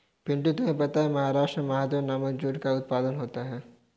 पिंटू तुम्हें पता है महाराष्ट्र में महादेव नामक जूट का उत्पादन होता है